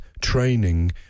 training